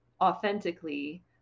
authentically